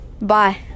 Bye